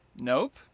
Nope